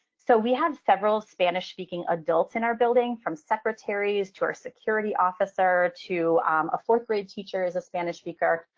so we have several spanish speaking adults in our building, from secretaries to our security officer to a fourth-grade teacher who is a spanish speaker.